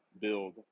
build